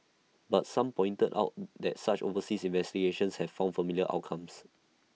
but some pointed out that such overseas investigations have found similar outcomes